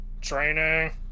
training